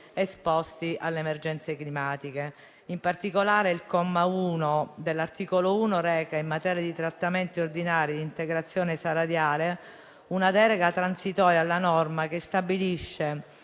esposti alle emergenze climatiche. In particolare, il comma 1 dell'articolo 1 reca in materia di trattamenti ordinari di integrazione salariale una deroga transitoria alla norma che stabilisce